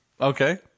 Okay